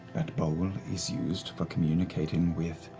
that bowl is used for communicating with